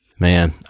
Man